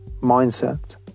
mindset